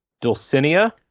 Dulcinea